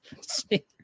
See